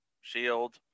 shield